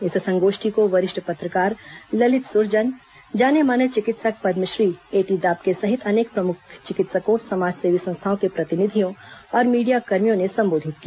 इस संगोष्ठी को वरिष्ठ पत्रकार ललित सुरजन जाने माने चिकित्सक पदमश्री एटी दाबके सहित अनेक प्रमुख चिकित्सकों समाज सेवी संस्थाओं को प्रतिनिधियों और मीडियाकर्मियों ने संबोधित किया